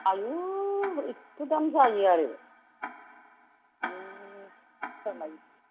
आयु एथ' दाम जायो आरो